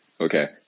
okay